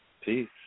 Peace